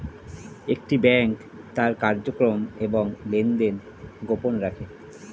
একটি ব্যাংক তার কার্যক্রম এবং লেনদেন গোপন রাখে